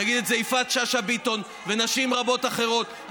תגיד את זה יפעת שאשא ביטון ונשים רבות אחרות,